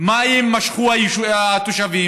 מים משכו התושבים,